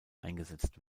eingesetzt